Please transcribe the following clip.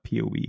poe